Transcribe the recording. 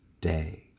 day